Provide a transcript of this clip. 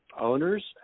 owners